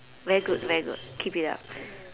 very good very good keep it up